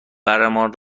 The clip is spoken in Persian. برمان